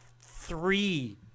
three